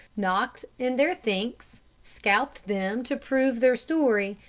knocked in their thinks, scalped them to prove their story,